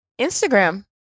Instagram